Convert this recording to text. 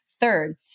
Third